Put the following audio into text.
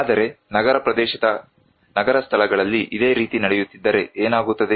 ಆದರೆ ನಗರ ಪ್ರದೇಶದ ನಗರ ಸ್ಥಳದಲ್ಲಿ ಇದೇ ರೀತಿ ನಡೆಯುತ್ತಿದ್ದರೆ ಏನಾಗುತ್ತದೆ